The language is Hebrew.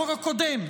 החוק הקודם.